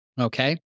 okay